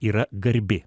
yra garbė